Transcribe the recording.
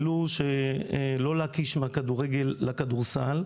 העלו שלא להקיש מהכדורגל לכדורסל.